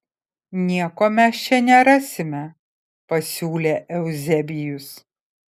nieko mes čia nerasime pasiūlė euzebijus